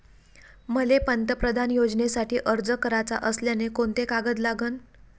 मले पंतप्रधान योजनेसाठी अर्ज कराचा असल्याने कोंते कागद लागन?